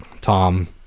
Tom